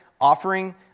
offering